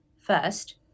First